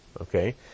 okay